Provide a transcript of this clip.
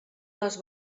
les